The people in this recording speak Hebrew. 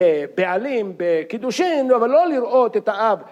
פעלים בקידושין, אבל לא לראות את האב